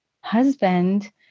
husband